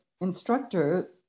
instructor